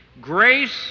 Grace